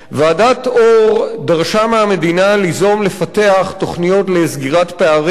ועדת-אור דרשה מהמדינה ליזום ולפתח תוכניות לסגירת פערים,